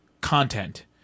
content